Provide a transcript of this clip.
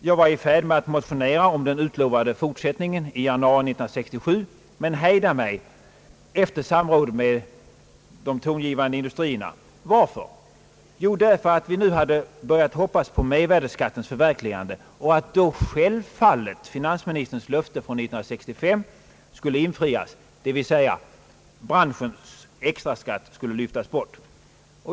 Jag skulle motionera om den utlovade fortsättningen i januari 1967 men hejdade mig efter samråd med de tongivande industrierna. Varför? Jo, därför att vi nu hade börjat hoppas på mervärdeskattens förverkligande och då självfallet att finansministerns löfte från 1965 skulle infrias, dvs. att branschens extraskatt skulle lyftas bort.